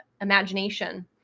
imagination